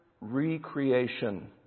recreation